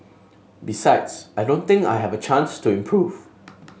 besides I don't think I have a chance to improve